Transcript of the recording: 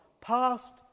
Past